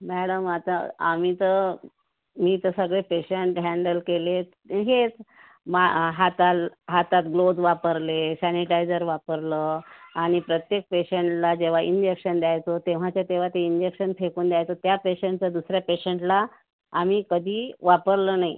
madam आता आम्ही तर मी तर सगळे पेशंट हँडल केले आहेत हे मा हाताल् हातात ग्लोव्हज् वापरले सॅनिटायझर वापरलं आणि प्रत्येक पेशंटला जेव्हा इंजेक्शन द्यायचो तेव्हाच्या तेव्हा ते इंजेक्शन फेकून द्यायचो त्या पेशंटचं दुसऱ्या पेशंटला आम्ही कधीही वापरलं नाही